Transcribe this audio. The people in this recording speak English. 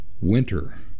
winter